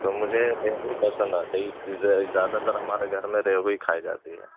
تو مجھے ریہو پسند آتا ایک زیادہ تر ہمارے گھر میں ریہو ہی کھائی جاتی ہے